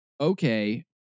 okay